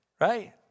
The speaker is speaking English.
Right